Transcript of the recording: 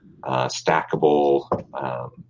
stackable